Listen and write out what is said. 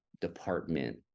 department